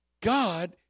God